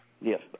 Yes